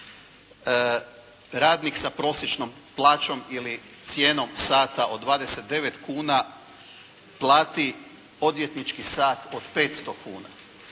radnik sa prosječnom plaćom ili cijenom sata od 29 kuna plati odvjetnički sat od 500 kuna?